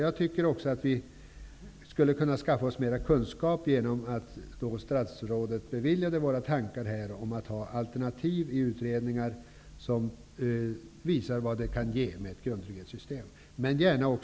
Man borde skaffa mera kunskap, vilket kan ske genom att statsrådet stöder våra tankar om att utfärda direktiv om alternativ till utredningar, som visar vad ett grundtrygghetssystem kan ge.